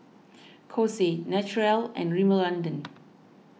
Kose Naturel and Rimmel London